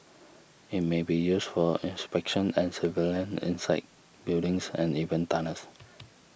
it may be used for inspection and surveillance inside buildings and even tunnels